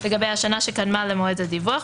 לגבי השנה שקדמה למועד הדיווח,